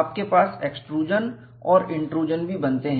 आपके पास एक्सट्रूजन और इंट्रूजन भी बनते हैं